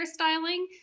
hairstyling